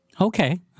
Okay